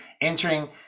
entering